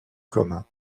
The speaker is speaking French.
commun